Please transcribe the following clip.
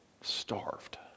starved